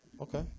Okay